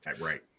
Right